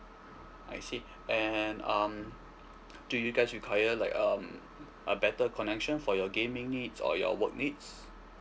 I see and um do you guys require like um a better connection for your gaming needs or your work needs